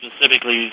specifically